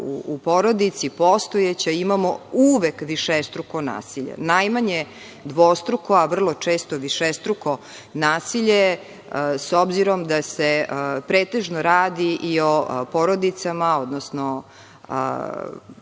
u porodici postojeća, imamo uvek višestruko nasilje. Najmanje dvostruko, a vrlo često višestruko nasilje, s obzirom da se pretežno radi i o porodicama, odnosno